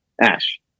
Ash